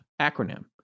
acronym